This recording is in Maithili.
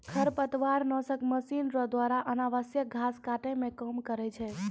खरपतवार नासक मशीन रो द्वारा अनावश्यक घास काटै मे काम करै छै